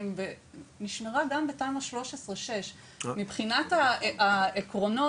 נשמרה גם בתמ"א 6/13. מבחינת העקרונות,